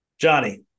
Johnny